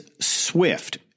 SWIFT